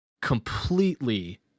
completely